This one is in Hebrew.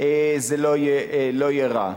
זה לא יהיה רע.